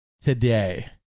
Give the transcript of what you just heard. today